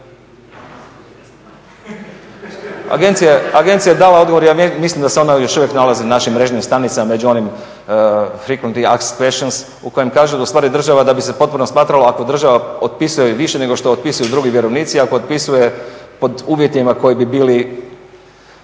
agencija je dala odgovor, ja mislim da se on još uvijek nalazi na našim mrežnim stranicama među onim frequenty asked questions u kojim kažu da ustvari država da bi se potpuno smatralo ako država otpisuje više nego što otpisuju drugi vjerovnici i ako otpisuje pod uvjetima koji bi bili